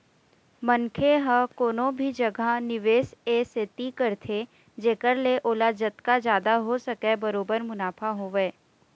मनखे ह कोनो भी जघा निवेस ए सेती करथे जेखर ले ओला जतका जादा हो सकय बरोबर मुनाफा होवय